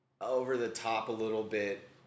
over-the-top-a-little-bit